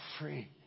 free